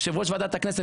יושב-ראש ועדת הכנסת,